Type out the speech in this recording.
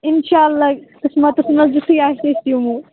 اِنشاللہ أسۍ واتَو نٔزدیٖکٕے آسہِ أسۍ یِمَو